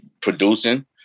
producing